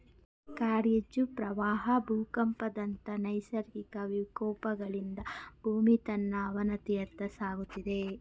ಕಾಡ್ಗಿಚ್ಚು, ಪ್ರವಾಹ ಭೂಕಂಪದಂತ ನೈಸರ್ಗಿಕ ವಿಕೋಪಗಳಿಂದ ಭೂಮಿ ತನ್ನ ಅವನತಿಯತ್ತ ಸಾಗುತ್ತಿದೆ